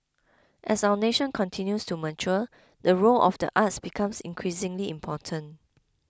as our nation continues to mature the role of the arts becomes increasingly important